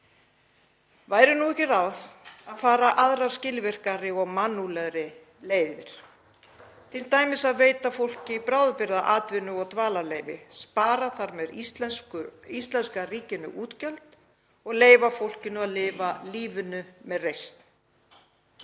Væri nú ekki ráð að fara aðrar skilvirkari og mannúðlegri leiðir, t.d. að veita fólki bráðabirgða atvinnu- og dvalarleyfi, spara þar með íslenska ríkinu útgjöld og leyfa fólkinu að lifa lífinu með reisn?